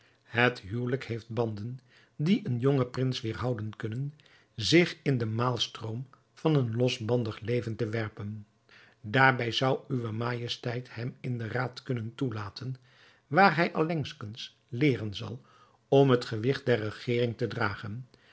het huwelijk heeft banden die een jongen prins weêrhouden kunnen zich in den maalstroom van een losbandig leven te werpen daarbij zou uwe majesteit hem in den raad kunnen toelaten waar hij allengskens leeren zal om het gewigt der regering te dragen